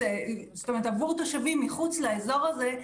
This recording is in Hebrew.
עבור תושבים מחוץ לאזור הזה,